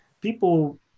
people